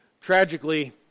Tragically